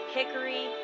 Hickory